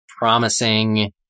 promising